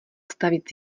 stavit